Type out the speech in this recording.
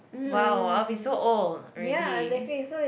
!wow! I'll be so old already